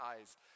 eyes